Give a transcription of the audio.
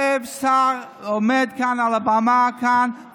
יושב שר, עומד כאן על הבמה ואומר: